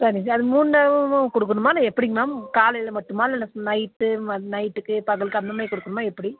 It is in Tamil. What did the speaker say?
சரி அது மூணு நேரமும் கொடுக்கணுமா இல்லை எப்படிங்க மேம் காலையில் மட்டுமா இல்லை நைட்டு ம நைட்டுக்கு பகல் அந்தமாரி கொடுக்குணுமா எப்படி